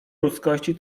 ludzkości